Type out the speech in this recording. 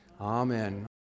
Amen